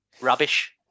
rubbish